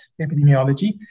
epidemiology